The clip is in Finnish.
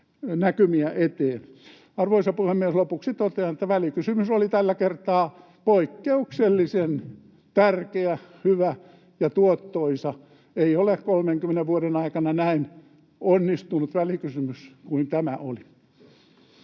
näkymiä eteen. Arvoisa puhemies! Lopuksi totean, että välikysymys oli tällä kertaa poikkeuksellisen tärkeä, hyvä ja tuottoisa. Ei ole 30 vuoden aikana näin onnistunut välikysymys kuin tämä